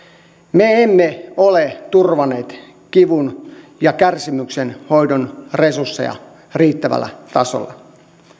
me emme ole turvanneet kivun ja kärsimyksen hoidon resursseja riittävällä tasolla